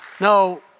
Now